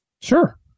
Sure